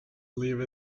leave